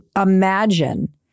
imagine